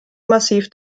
massiv